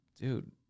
Dude